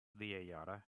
lekrjahre